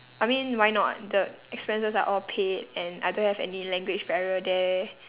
I mean why not the expenses are all paid and I don't have any language barrier there